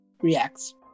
reacts